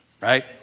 right